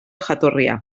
jatorria